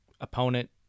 opponent